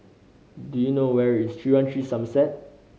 do you know where is Three One Three Somerset